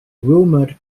rumored